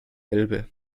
elbe